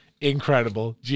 incredible